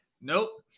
nope